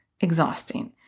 exhausting